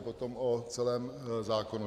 Potom o celém zákonu.